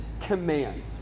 commands